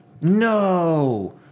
No